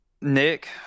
Nick